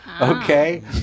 Okay